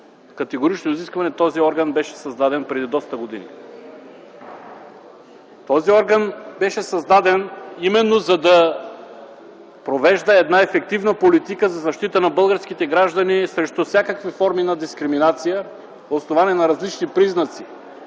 категорично изискване този орган беше създаден преди доста години. Този орган беше създаден, именно за да провежда една ефективна политика за защита на българските граждани срещу всякакви форми на дискриминация, основани на различни признаци